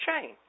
chain